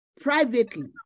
privately